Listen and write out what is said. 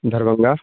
Darbhanga